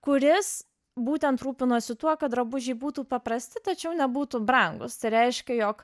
kuris būtent rūpinosi tuo kad drabužiai būtų paprasti tačiau nebūtų brangūs tai reiškia jog